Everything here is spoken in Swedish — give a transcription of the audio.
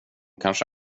kanske